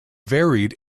varied